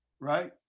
right